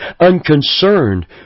unconcerned